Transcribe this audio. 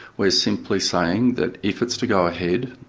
we're simply saying that if it's to go ahead,